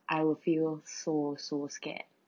I will feel so so scared